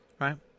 right